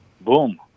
Boom